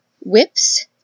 whips